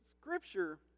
scripture